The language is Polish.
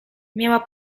miała